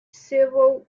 civil